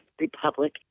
Republic